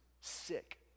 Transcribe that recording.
sick